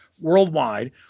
worldwide